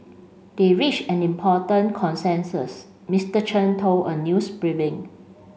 they reached an important consensus Mister Chen told a news briefing